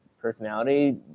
personality